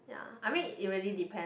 ya I mean it really depend